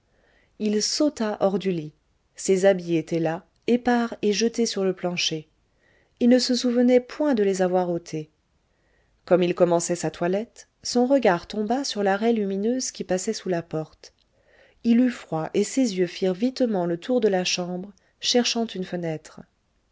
il sauta hors du lit ses habits étaient là épars et jetés sur le plancher il ne se souvenait point de les avoir ôtés comme il commençait sa toilette son regard tomba sur la raie lumineuse qui passait sous la porte il eut froid et ses yeux firent vitement le tour de la chambre cherchant une fenêtre